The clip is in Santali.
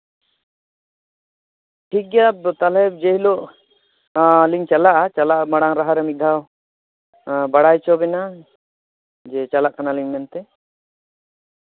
ᱴᱷᱤᱠᱜᱮᱭᱟ ᱛᱟᱞᱦᱮ ᱡᱮᱦᱤᱞᱳᱜ ᱞᱤᱧ ᱪᱟᱞᱟᱜᱼᱟ ᱪᱟᱞᱟᱜ ᱢᱟᱬᱟᱝᱨᱮ ᱢᱤᱫ ᱫᱷᱟᱣ ᱵᱟᱲᱟᱭ ᱦᱚᱪᱚᱵᱤᱱᱟ ᱡᱮ ᱪᱟᱞᱟᱜ ᱠᱟᱱᱟᱞᱤᱧ ᱢᱮᱱᱛᱮ